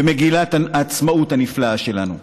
במגילת העצמאות הנפלאה שלנו.